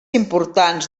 importats